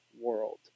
world